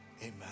Amen